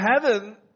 heaven